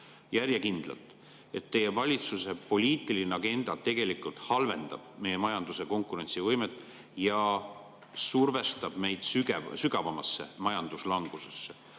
järjekindlalt –, et teie valitsuse poliitiline agenda tegelikult halvendab meie majanduse konkurentsivõimet ja [viib] meid sügavamasse majanduslangusesse.